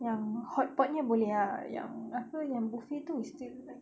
yang hotpot nya boleh ah yang apa yang buffet tu is still